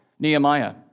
Nehemiah